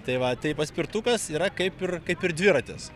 tai va tai paspirtukas yra kaip ir kaip ir dviratis